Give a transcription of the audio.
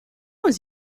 was